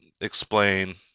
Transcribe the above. explain